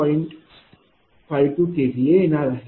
52 kVA येणार आहे